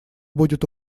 будет